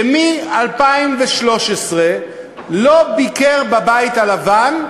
שמ-2013 לא ביקר בבית הלבן,